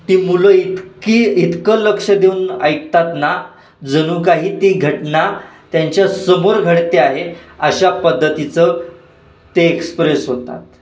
ती मुलं इतकी इतकं लक्ष देऊन ऐकतात ना जणू काही ती घटना त्यांच्या समोर घडते आहे अशा पद्धतीचं ते एक्सप्रेस होतात